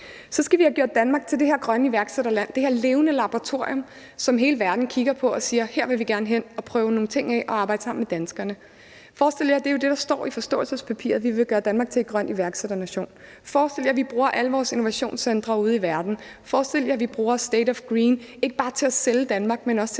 Så skal vi have gjort Danmark til det her grønne iværksætterland, det her levende laboratorium, som hele verden kigger på og siger: Her vil vi gerne hen for at prøve nogle ting af og arbejde sammen med danskerne. Det, der står i forståelsespapiret, er jo, at vi vil gøre Danmark til en grøn iværksætternation. Forestil jer, at vi bruger alle vores innovationscentre ude i verden, forestil jer, at vi bruger State of Green til ikke bare at sælge Danmark, men også til